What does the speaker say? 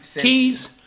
Keys